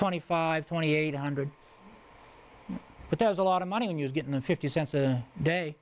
twenty five twenty eight hundred but there's a lot of money and you're getting a fifty cents a day